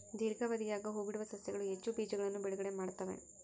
ದೀರ್ಘಾವಧಿಯಾಗ ಹೂಬಿಡುವ ಸಸ್ಯಗಳು ಹೆಚ್ಚು ಬೀಜಗಳನ್ನು ಬಿಡುಗಡೆ ಮಾಡ್ತ್ತವೆ